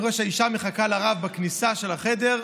אני רואה שהאישה מחכה לרב בכניסה של החדר,